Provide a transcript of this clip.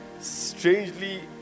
strangely